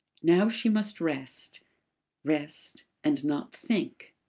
now she must rest rest and not think.